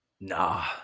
nah